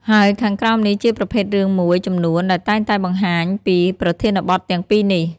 ហើយខាងក្រោមនេះជាប្រភេទរឿងមួយចំនួនដែលតែងតែបង្ហាញពីប្រធានបទទាំងពីរនេះ។